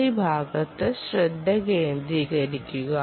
RSSI ഭാഗത്ത് ശ്രദ്ധ കേന്ദ്രീകരിക്കുക